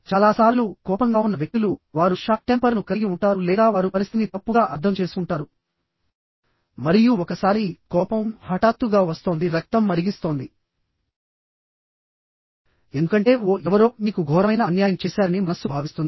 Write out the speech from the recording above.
చాలా సార్లు కోపంగా ఉన్న వ్యక్తులు వారు షార్ట్ టెంపర్ ను కలిగి ఉంటారు లేదా వారు పరిస్థిని తప్పుగా అర్థం చేసుకుంటారు మరియు ఒకసారి కోపం హఠాత్తుగా వస్తోంది రక్తం మరిగిస్తోందిఎందుకంటే ఓ ఎవరో మీకు ఘోరమైన అన్యాయం చేశారని మనస్సు భావిస్తుంది